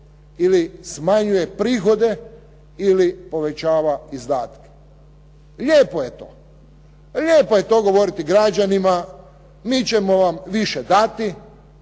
ili smanjuje prihode ili povećava izdatke. Lijepo je to govoriti građanima mi ćemo vam više dati